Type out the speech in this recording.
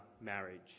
marriage